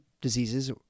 diseases